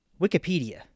Wikipedia